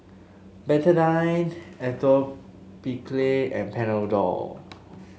Betadine Atopiclair and Panadol